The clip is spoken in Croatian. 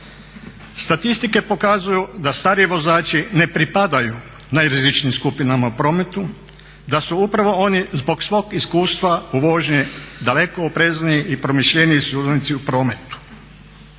Statistike pokazuju da stariji vozači ne pripadaju najrizičnijim skupinama u prometu, da su upravo oni zbog svog iskustva u vožnji daleko oprezniji i promišljeniji sudionici u prometu.